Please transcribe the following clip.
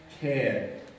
care